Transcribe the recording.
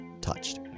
touched